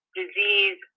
disease